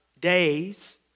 days